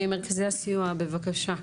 מרכזי הסיוע, בבקשה.